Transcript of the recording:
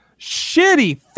shitty